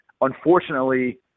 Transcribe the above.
unfortunately